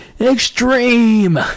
extreme